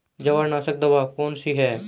जवार नाशक दवा कौन सी है?